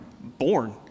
born